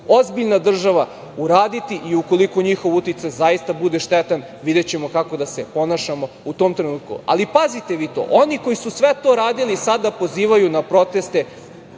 ozbiljna država uraditi i, ukoliko njihov uticaj zaista bude štetan, videćemo kako da se ponašamo u tom trenutku. Pazite vi to, oni koji su sve to radili sada pozivaju na proteste